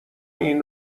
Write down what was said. این